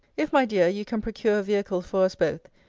if, my dear, you can procure a vehicle for us both,